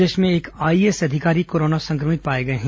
प्रदेश में एक आईएएस अधिकारी कोरोना संक्रमित पाए गए हैं